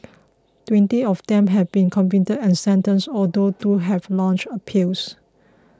twenty of them have been convicted and sentenced although two have launched appeals